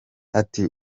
ati